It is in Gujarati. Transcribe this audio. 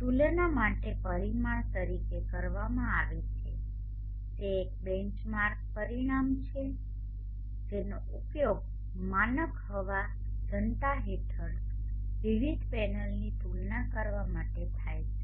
તુલના માટે પરિમાણ તરીકે કરવામાં આવે છે તે એક બેંચમાર્ક પરિમાણ છે જેનો ઉપયોગ માનક હવા જનતા હેઠળ વિવિધ પેનલની તુલના કરવા માટે થાય છે